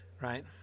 right